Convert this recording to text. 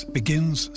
begins